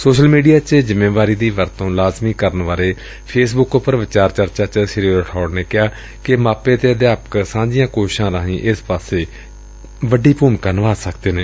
social media ਚ ਜਿੰਮੇਵਾਰੀ ਦੀ ਵਰਤੋ ਲਾਜ਼ਮੀ ਕਰਨ ਬਾਰੇ ਫੇਸ ਬੂੱਕ ਉਪਰ ਵਿਚਾਰ ਚਰਚਾ ਵਿਚ ਸ੍ਰੀ ਰਠੌੜ ਨੇ ਕਿਹਾ ਕਿ ਮਾਪੇ ਅਤੇ ਅਧਿਆਪਕ ਸਾਂਝੀਆਂ ਕੋਸ਼ਿਸ਼ਾਂ ਰਾਹੀਂ ਇਸ ਪਾਸੇ ਵੱਡੀ ਭੁਮਿਕਾ ਨਿਭਾ ਸਕਦੇ ਨੇ